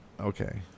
Okay